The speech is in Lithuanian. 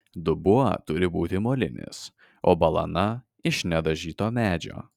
dubuo turi būti molinis o balana iš nedažyto medžio